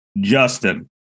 Justin